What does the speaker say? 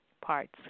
parts